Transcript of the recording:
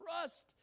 trust